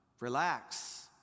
relax